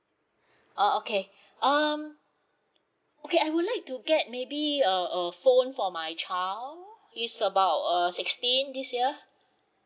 uh okay um okay I would like to get maybe uh a phone for my child he's about uh sixteen this year